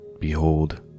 Behold